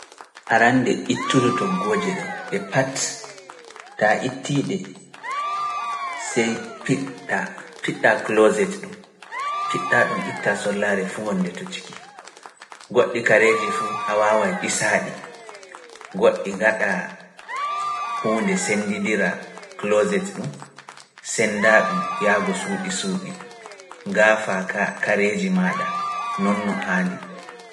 Arande ittudu toggooje ɗen, ɗe pat. taa ittii ɗe, sey piɗɗa kloset ɗum, piɗɗa ɗum ittaa sollaare fu ngonde to ciki. Goɗɗi kareeji fu a waawai ɓisaaɗi, goɗɗi ngaɗa huunde sendindira kloset ɗum, senda ɗum yaago suuɗi suuɗi, gaafa ka kareeji maɗa noon no haandi.